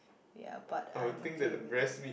ya but I'm okay with it